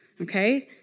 okay